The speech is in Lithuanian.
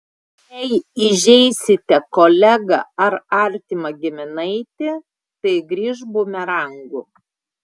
jei įžeisite kolegą ar artimą giminaitį tai grįš bumerangu